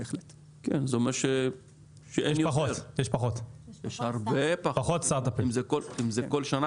זה אומר שיש פחות סטארט-אפים אם זה כל שנה